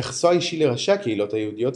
יחסו האישי לראשי הקהילה היהודית,